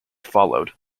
followed